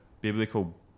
biblical